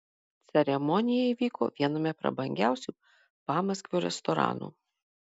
ceremonija įvyko viename prabangiausių pamaskvio restoranų